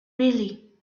really